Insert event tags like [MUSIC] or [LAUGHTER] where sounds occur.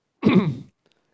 [COUGHS]